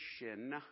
mission